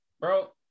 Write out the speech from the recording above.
Bro